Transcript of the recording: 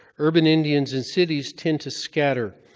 urban indians in cities tend to scatter,